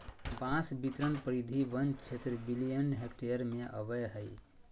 बांस बितरण परिधि वन क्षेत्र मिलियन हेक्टेयर में अबैय हइ